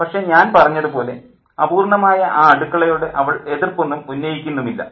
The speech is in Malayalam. പക്ഷേ ഞാൻ പറഞ്ഞതുപോലെ അപൂർണ്ണമായ ആ അടുക്കളയോട് അവൾ എതിർപ്പൊന്നും ഉന്നയിക്കുന്നുമില്ല